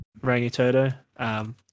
Rangitoto